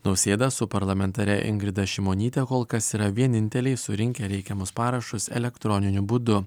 nausėda su parlamentare ingrida šimonyte kol kas yra vieninteliai surinkę reikiamus parašus elektroniniu būdu